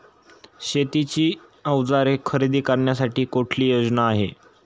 शेतीची अवजारे खरेदी करण्यासाठी कुठली योजना आहे?